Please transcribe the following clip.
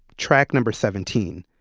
track number seventeen.